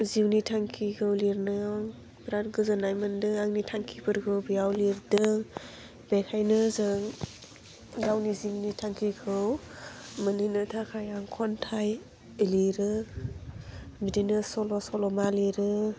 जिउनि थांखिखौ लिरनायाव बिराद गोजोननाय मोनदों आंनि थांखिफोरखौ बेयाव लिरदों बेखायनो जों गावनि जिउनि थांखिखौ मोनहैनो थाखाय आं खन्थाइ लिरो बिदिनो सल' सल'मा लिरो